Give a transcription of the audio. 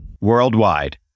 Worldwide